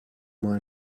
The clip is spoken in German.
mal